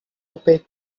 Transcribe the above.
opaque